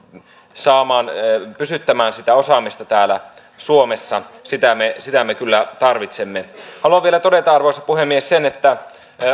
pysyttämään sitä osaamista täällä suomessa sitä me sitä me kyllä tarvitsemme haluan vielä todeta arvoisa puhemies sen että